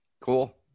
Cool